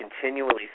continually